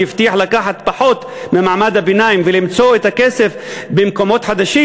שהבטיח לקחת פחות ממעמד הביניים ולמצוא את הכסף במקומות חדשים,